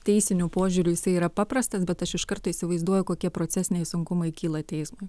teisiniu požiūriu jisai yra paprastas bet aš iš karto įsivaizduoju kokie procesiniai sunkumai kyla teismui